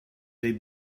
they